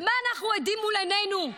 ולמה אנחנו עדים, מול עינינו?